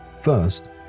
First